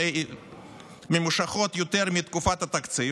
בהתקשרויות ממושכות יותר מתקופת התקציב,